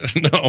no